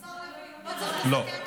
לא.